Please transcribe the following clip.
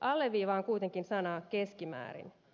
alleviivaan kuitenkin sanaa keskimäärin